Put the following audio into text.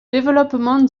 développement